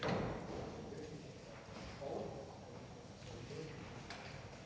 Tak